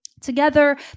Together